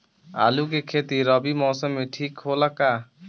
आलू के खेती रबी मौसम में ठीक होला का?